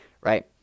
right